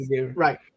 Right